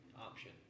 option